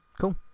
cool